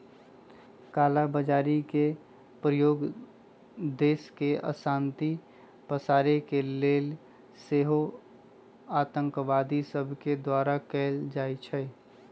कला बजारी के प्रयोग देश में अशांति पसारे के लेल सेहो आतंकवादि सभके द्वारा कएल जाइ छइ